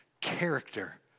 character